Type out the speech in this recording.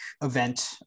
event